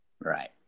Right